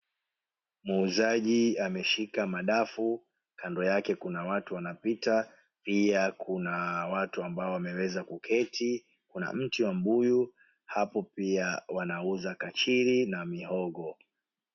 Muuzaji ameshika madafu. Kando yake kuna watu wanapita, pia kuna watu ambao wameweza kuketi, kuna mti wa mbuyu, hapo pia wanauza kachiri na mihogo.